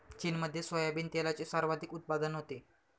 चीनमध्ये सोयाबीन तेलाचे सर्वाधिक उत्पादन होते